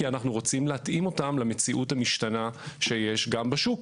כי אנחנו רוצים להתאים אותם למציאות המשתנה שיש גם בשוק.